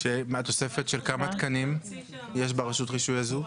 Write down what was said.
שתוספת של כמה תקנים יש ברשות רישוי הזו?